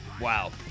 Wow